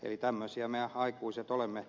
eli tämmöisiä me aikuiset olemme